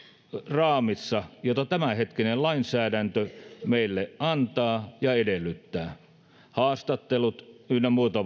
raamissa jota tämänhetkinen lainsäädäntö meille antaa ja edellyttää haastattelut ynnä muuta